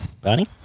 Barney